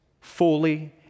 fully